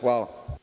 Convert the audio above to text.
Hvala.